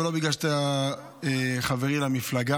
ולא בגלל שאתה חברי למפלגה.